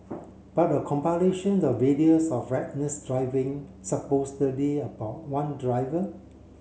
but a compilation the videos of reckless driving supposedly about one driver